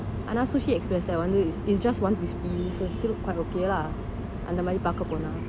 ஆனா:aana sushi express lah வந்து:vanthu it's just one fifty so it's still quite okay lah அந்த மாறி பாக்க போன:antha maari paaka pona